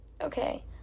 Okay